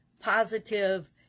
positive